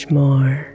more